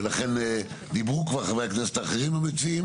לכן פה אנחנו מדברים על התחתית של התחתית שאנחנו צריכים לשקם.